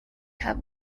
have